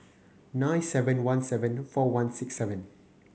nine seven one seven four one six seven